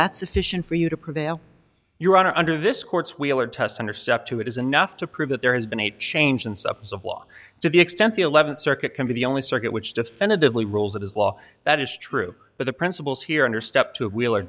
that sufficient for you to prevail your honor under this court's wheeler test under step two it is enough to prove that there has been a change in suppes of law to the extent the eleventh circuit can be the only circuit which definitively rules it is law that is true but the principles here under step two wheeler